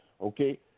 Okay